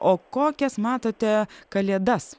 o kokias matote kalėdas